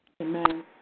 Amen